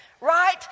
right